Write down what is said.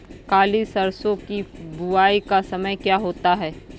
काली सरसो की बुवाई का समय क्या होता है?